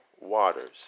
waters